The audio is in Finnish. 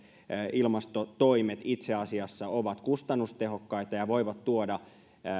ilmastotoimet itse asiassa ovat kustannustehokkaita ja voivat tuoda